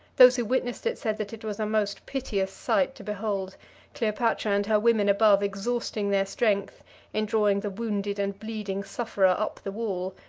those who witnessed it said that it was a most piteous sight to behold cleopatra and her women above exhausting their strength in drawing the wounded and bleeding sufferer up the wall,